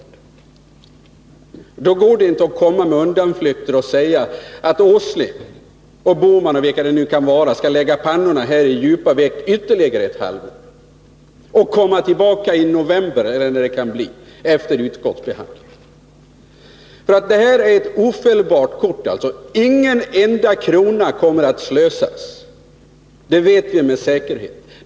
I det läget går det inte att komma med undanflykter och säga att Nils Åsling, Gösta Bohman eller någon annan skall lägga sin panna i djupa veck ytterligare ett halvår för att sedan återkomma i november eller när det nu kan bli efter utskottsbehandlingen. Det här är ett ofelbart kort. Inte en enda krona kommer att slösas — det vet vi med säkerhet.